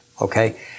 Okay